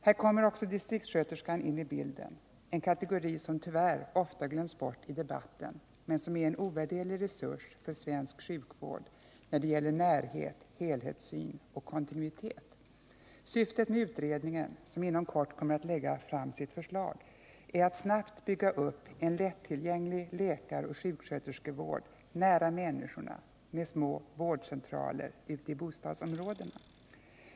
Här kommer också distriktssköterskan in i bilden — en kategori som tyvärr ofta glöms bort i debatten men som är en ovärderlig resurs för svensk sjukvård när det gäller närhet, helhetssyn och kontinuitet. Syftet med utredningen, som inom kort kommer att lägga fram sitt förslag, är att snabbt bygga upp en lättillgänglig läkaroch sjuksköterskevård nära människorna med små vårdcentraler ute i bostadsområdena.